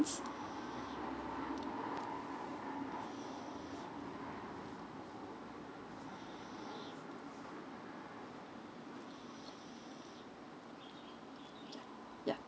yeah tha~